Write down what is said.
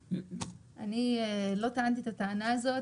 אני לא טענתי את הטענה הזאת.